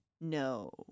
No